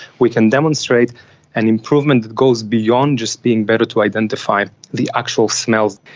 we can demonstrate an improvement that goes beyond just being better to identify the actual smells.